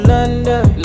London